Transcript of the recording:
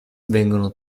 vengono